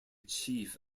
chief